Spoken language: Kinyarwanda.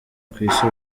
kw’isi